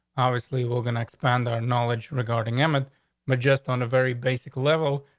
obviously, we're going to expand our knowledge regarding them ah majeste on a very basic level.